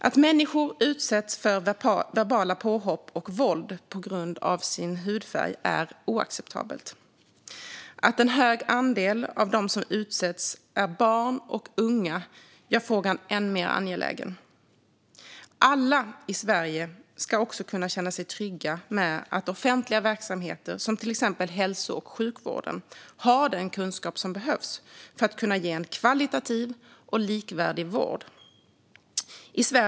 Att människor utsätts för verbala påhopp och våld på grund av sin hudfärg är oacceptabelt. Att en hög andel av dem som utsätts är barn och unga gör frågan än mer angelägen. Alla i Sverige ska också kunna känna sig trygga med att offentliga verksamheter som till exempel hälso och sjukvården har den kunskap som behövs för att kunna ge en kvalitativ och likvärdig vård.